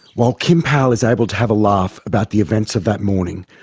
while kim powell is able to have a laugh about the events of that morning,